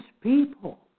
people